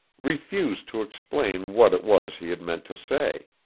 refused to explain what it was he had meant to say.